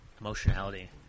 emotionality